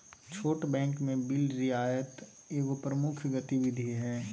छोट बैंक में बिल रियायत एगो प्रमुख गतिविधि हइ